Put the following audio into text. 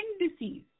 indices